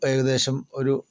ഏകദേശം ഒരു